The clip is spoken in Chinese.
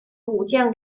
武将